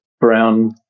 brown